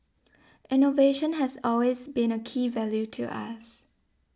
innovation has always been a key value to us